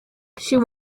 she